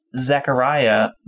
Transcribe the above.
Zechariah